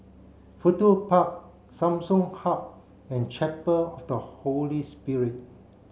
Fudu Park Samsung Hub and Chapel of the Holy Spirit